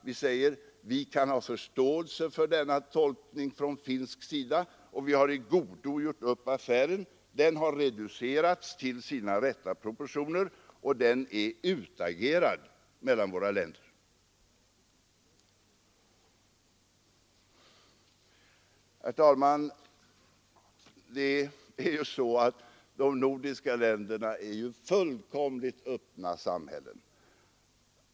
Vi säger att vi 49 kan ha förståelse för denna tolkning från finländsk sida, och vi har i godo gjort upp affären. Den har reducerats till sina rätta proportioner och den är utagerad mellan våra länder. Herr talman! Det är ju så att de nordiska länderna är fullkomligt öppna samhällen.